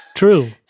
true